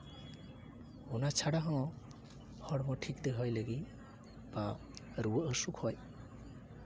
ᱚᱱᱟ ᱪᱷᱟᱲᱟ ᱦᱚᱸ ᱦᱚᱲᱢᱚ ᱴᱷᱤᱠ ᱫᱚᱦᱚᱭ ᱞᱟᱹᱜᱤᱫ ᱵᱟ ᱨᱩᱣᱟᱹᱜ ᱦᱟᱹᱥᱩᱜ ᱠᱷᱚᱡ